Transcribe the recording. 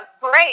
great